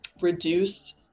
reduce